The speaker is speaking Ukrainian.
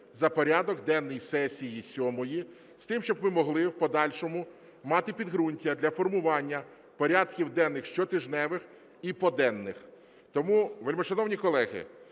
за порядок денний сесії сьомої – з тим, щоб ви могли в подальшому мати підґрунтя для формування порядків денних щотижневих і поденних. Тому, вельмишановні колеги,